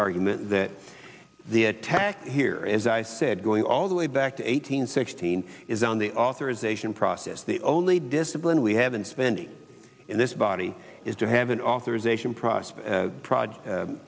argument that the attack here as i said going all the way back to eight hundred sixteen is on the authorization process the only discipline we have been spending in this body is to have an authorization prospe